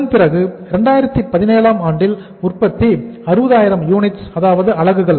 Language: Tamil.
அதன் பிறகு 2017 ஆண்டில் உற்பத்தி 60000 யூனிட்ஸ் அதாவது அலகுகள்